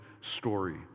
story